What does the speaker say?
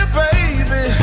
baby